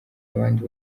abandi